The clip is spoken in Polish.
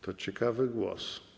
To ciekawy głos.